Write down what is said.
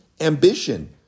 ambition